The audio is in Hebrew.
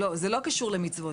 לא, זה לא קשור למצוות.